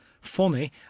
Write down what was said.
funny